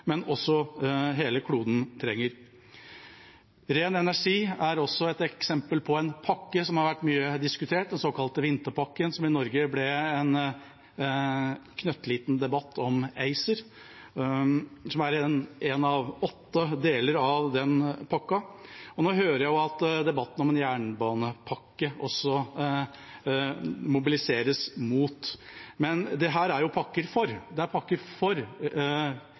også hele kloden trenger. Ren energi er også et eksempel på en pakke som har vært mye diskutert, den såkalte vinterpakken, som i Norge ble en knøttliten debatt om ACER. Den er en av åtte deler i den pakken. Nå hører jeg av debatten at det også mobiliseres mot en jernbanepakke. Men dette er jo pakker for – det er pakker for klima, det er pakker for et bedre miljø, det er pakker for